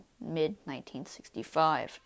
mid-1965